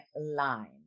Line